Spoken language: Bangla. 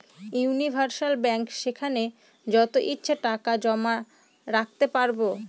ইউনিভার্সাল ব্যাঙ্ক যেখানে যত ইচ্ছে টাকা জমা রাখতে পারবো